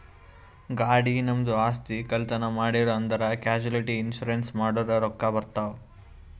ಗಾಡಿ, ನಮ್ದು ಆಸ್ತಿ, ಕಳ್ತನ್ ಮಾಡಿರೂ ಅಂದುರ್ ಕ್ಯಾಶುಲಿಟಿ ಇನ್ಸೂರೆನ್ಸ್ ಮಾಡುರ್ ರೊಕ್ಕಾ ಬರ್ತಾವ್